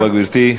תודה רבה, גברתי.